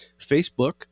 Facebook